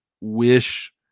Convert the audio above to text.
wish